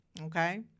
Okay